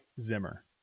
Zimmer